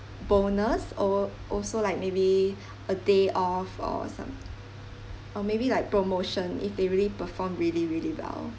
bonus or also like maybe a day off or some or maybe like promotion if they really perform really really well